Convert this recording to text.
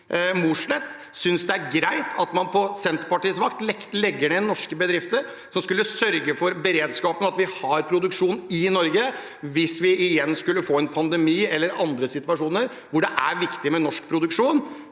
Mossleth synes det er greit at man på Senterpartiets vakt legger ned norske bedrifter som skulle sørge for beredskapen og at vi har produksjon i Norge hvis vi igjen skulle få en pandemi eller andre situasjoner hvor det er viktig med norsk produksjon?